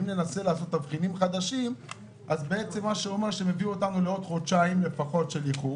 אם ננסה לעשות תבחינים חדשים אז זה אומר שנגיע לפחות לחודשיים איחור